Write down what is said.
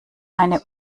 eine